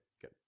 good